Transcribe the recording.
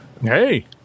hey